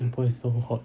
singapore is so hot